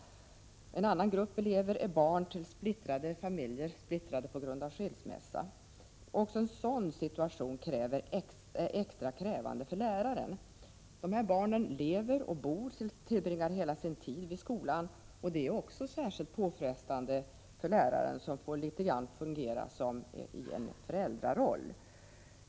En annan grupp elever är barn i splittrade familjer — splittrade på grund av skilsmässa. Även en sådan situation är extra krävande för lärare. Dessa barn lever och bor, ja, tillbringar hela sin tid inom skolan. Det är också särskilt påfrestande för läraren, som får fungera i något av en föräldraroll.